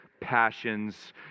passions